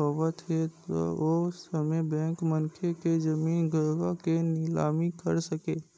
पावत हे त ओ समे बेंक मनखे के जमीन जघा के निलामी कर सकय